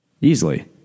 Easily